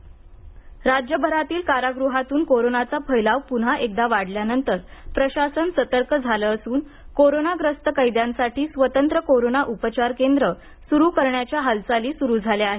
कारागृह कोरोना राज्यभरातील कारागृहातून कोरोनाचा फैलाव पुन्हा एकदा वाढल्यानंतर प्रशासन सतर्क झालं असून कोरोनाग्रस्त कैद्यांसाठी स्वतंत्र कोरोना उपचार केंद्र सुरु करण्याच्या हालचाली सुरु झाल्या आहेत